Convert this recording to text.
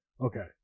okay